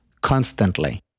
constantly